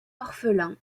orphelin